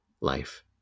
life